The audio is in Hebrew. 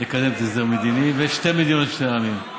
לקדם הסדר מדיני ושתי מדינות לשני עמים.